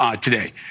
today